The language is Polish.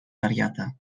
wariata